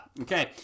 Okay